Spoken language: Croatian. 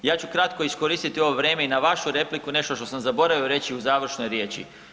Ja ću kratko iskoristiti ovo vrijeme i na vašu repliku nešto što sam zaboravio reći u završnoj riječi.